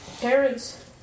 parents